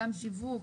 גם לשיווק,